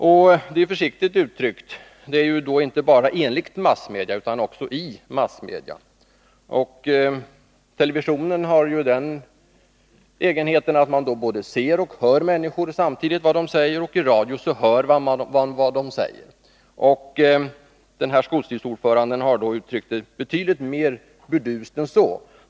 Detta är försiktigt uttryckt. Det är inte bara enligt massmedia utan också i massmedia. Televisionen har ju den egenheten att man både ser människor och samtidigt hör vad de säger. I radio hör man vad de säger. Den här skolstyrelseordföranden har uttryckt saken mer burdust än vad skolministern anger.